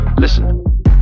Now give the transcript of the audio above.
Listen